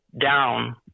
down